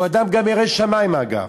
הוא גם אדם ירא שמים, אגב,